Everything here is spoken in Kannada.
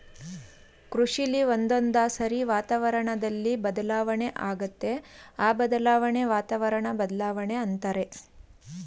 ಕೃಷಿಲಿ ಒಂದೊಂದ್ಸಾರಿ ವಾತಾವರಣ್ದಲ್ಲಿ ಬದಲಾವಣೆ ಆಗತ್ತೆ ಈ ಬದಲಾಣೆನ ವಾತಾವರಣ ಬದ್ಲಾವಣೆ ಅಂತಾರೆ